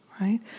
right